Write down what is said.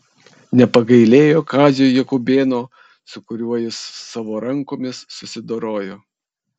nepagailėjo kazio jakubėno su kuriuo jis savo rankomis susidorojo